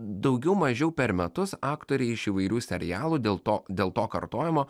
daugiau mažiau per metus aktoriai iš įvairių serialų dėl to dėl to kartojimo